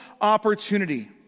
opportunity